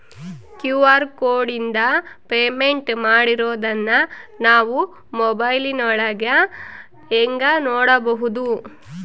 QR ಕೋಡಿಂದ payment ಮಾಡಿರೋದನ್ನ ನಾವು ಮೊಬೈಲಿನೊಳಗ ಹೆಂಗ ನೋಡಬಹುದು?